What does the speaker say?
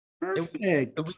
perfect